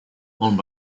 owned